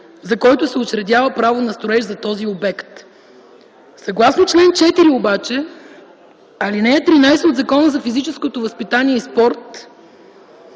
за който се учредява право на строеж за този обект. Съгласно чл. 4, ал. 13 обаче от Закона за физическото възпитание и спорта,